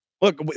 look